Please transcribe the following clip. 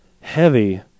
heavy